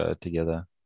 together